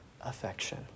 affection